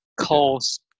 cause